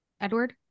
Edward